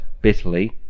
bitterly